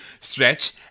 stretch